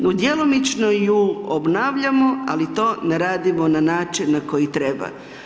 No djelomično ju obnavljamo ali to ne radimo na način na koji treba.